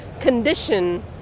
condition